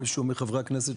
מישהו מחברי הכנסת